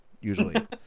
usually